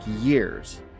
years